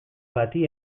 bati